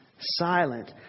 silent